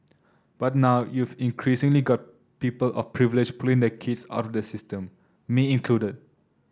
but now you've increasingly got people of privilege pulling their kids out of that system me included